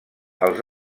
els